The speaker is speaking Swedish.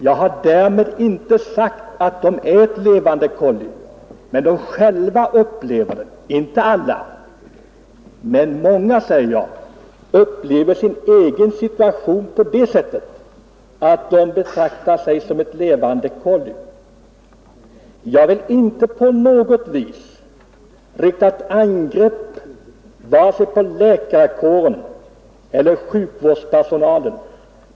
Jag har inte sagt att de skulle vara levande kollin men däremot att många patienter — inte alla — upplever sin egen situation så att de känner sig som levande kollin. Jag vill inte på något vis rikta ett angrepp vare sig mot läkarkåren eller mot sjukvårdspersonalen.